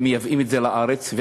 מייבאים את זה לארץ,